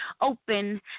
open